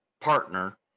partner